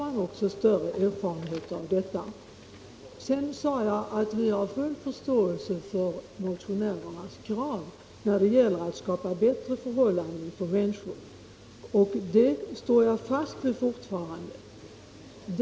Då kommer vi också att få större erfarenhet av Förbud mot avgörande genom domstol. koppling i hyresav Jag sade att utskottsmajoriteten har full förståelse för motionärernas = tal av hyra av krav när det gäller att skapa bättre förhållanden för människor, och det — bostad och hyra av står jag fast vid fortfarande.